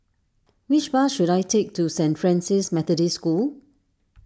which bus should I take to Saint Francis Methodist School